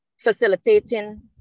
facilitating